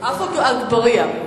עפו אגבאריה.